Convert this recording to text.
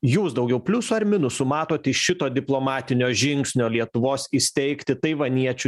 jūs daugiau pliusų ar minusų matote iš šito diplomatinio žingsnio lietuvos įsteigti taivaniečių